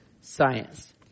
science